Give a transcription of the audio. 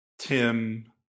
Tim